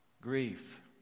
Grief